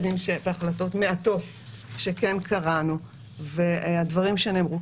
דין והחלטות מעטות שכן קראנו והדברים שנאמרו,